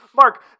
Mark